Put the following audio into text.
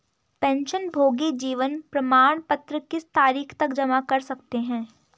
पेंशनभोगी जीवन प्रमाण पत्र किस तारीख तक जमा कर सकते हैं?